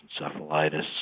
encephalitis